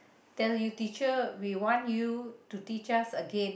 tell you teacher we want you to teach us again